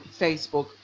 facebook